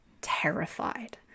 terrified